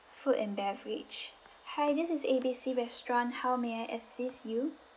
food and beverage hi this is A B C restaurant how may I assist you